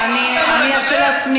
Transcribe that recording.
אסור לנו לדבר?